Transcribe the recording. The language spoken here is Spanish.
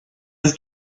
del